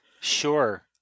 sure